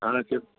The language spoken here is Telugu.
ఆ చెప్పు